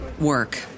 work